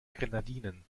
grenadinen